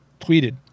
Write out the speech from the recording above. tweeted